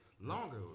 longer